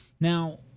Now